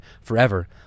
forever